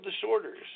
disorders